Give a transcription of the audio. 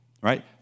right